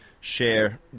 Share